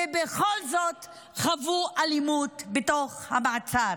ובכל זאת חוו אלימות בתוך המעצר.